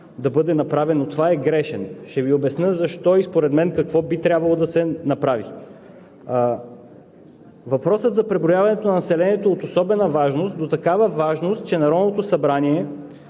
да бъде направено това, е грешен. Ще Ви обясня защо и според мен какво би трябвало да се направи. Въпросът за преброяването на населението е от особена важност – от такава важност, че Народното събрание